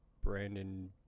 Brandon